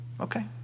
Okay